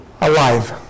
Alive